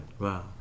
Wow